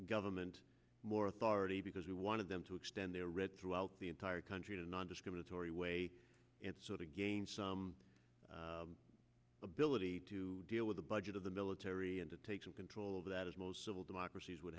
government more authority because we wanted them to extend their red throughout the entire country to nondiscriminatory way it sort of gained some ability to deal with the budget of the military and to take some control over that as most civil democracies would